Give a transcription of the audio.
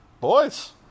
boys